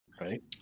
right